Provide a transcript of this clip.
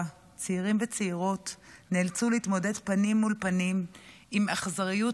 צעירים וצעירות נאלצו להתמודד פנים מול פנים עם אכזריות,